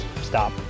stop